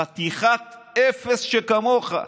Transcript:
חתיכת אפס שכמוך.